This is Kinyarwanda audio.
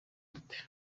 gute